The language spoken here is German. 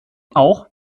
auch